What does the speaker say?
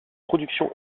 production